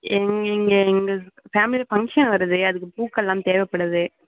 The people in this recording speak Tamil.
எங்க இங்கே எங்கள் ஃபேமிலியில ஃபங்க்ஷன் வருது அதுக்கு பூக்கள் எல்லாம் தேவைப்படுது